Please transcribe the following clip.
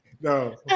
no